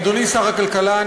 אדוני שר הכלכלה,